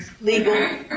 Legal